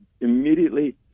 immediately